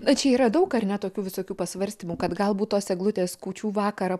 čia yra daug ar ne tokių visokių pasvarstymų kad galbūt tos eglutės kūčių vakarą